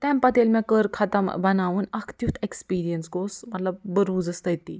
تَمہِ پتہٕ ییٚلہِ مےٚ کٔر ختم بناوُن اَکھ تٮُ۪تھ ایکٕسپریٖنَس گوُس مطلب بہٕ روٗزٕس تٔتی